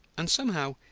and, somehow,